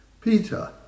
Peter